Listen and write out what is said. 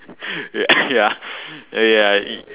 ya ya okay lah he